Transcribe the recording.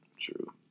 True